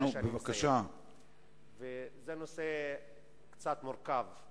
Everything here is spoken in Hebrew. זה נושא קצת מורכב.